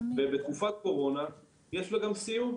ובתקופת קורונה יש לה גם סיום.